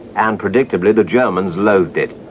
and predictably, the germans loathed it.